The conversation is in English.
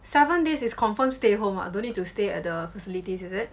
seven days is confirm stay home ah don't need to stay at the facilities is it